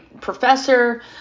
professor